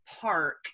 park